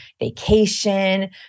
vacation